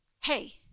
hey